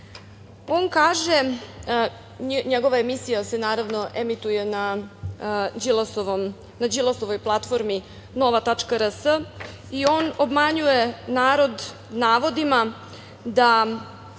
smrdi?“. Njegova emisija se emituje na Đilasovoj platformi Nova.rs i on obmanjuje narod navodima da